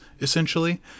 essentially